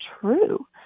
true